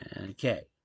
Okay